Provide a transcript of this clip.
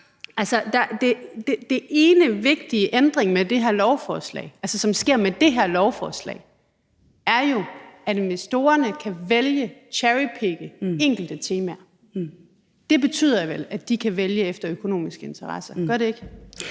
den ene vigtige ændring, som sker med det her lovforslag, er jo, at investorerne kan vælge, cherrypicke, enkelte temaer. Det betyder vel, at de kan vælge efter økonomiske interesser, gør det ikke?